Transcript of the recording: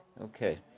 Okay